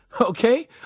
okay